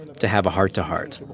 to have a heart-to-heart.